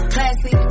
Classy